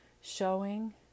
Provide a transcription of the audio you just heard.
showing